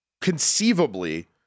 conceivably